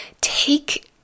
take